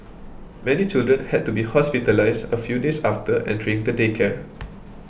many children had to be hospitalised a few days after entering the daycare